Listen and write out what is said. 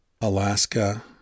Alaska